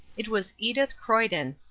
it was edith croyden.